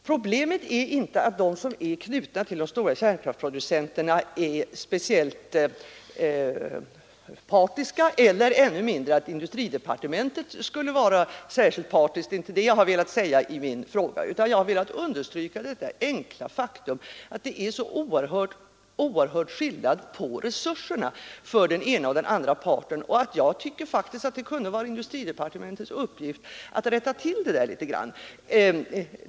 Herr talman! Problemet är inte att de som är knutna till de stora kärnkraftsproducenterna är speciellt partiska, eller ännu mindre att industridepartementet skulle vara särskilt partiskt. Det är inte det jag har velat säga i min fråga, utan jag har velat understryka detta enkla faktum att det är så oerhört stor skillnad på resurserna för den ena och den andra parten, och jag tycker faktiskt att det kunde vara industridepartementets uppgift att rätta till det där litet grand.